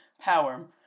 power